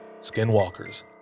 skinwalkers